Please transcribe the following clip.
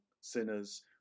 sinners